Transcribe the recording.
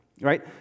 right